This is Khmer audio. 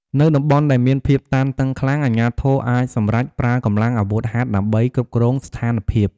នៅតំបន់ដែលមានភាពតានតឹងខ្លាំង អាជ្ញាធរអាចសម្រេចប្រើកម្លាំងអាវុធហត្ថដើម្បីគ្រប់គ្រងស្ថានភាព។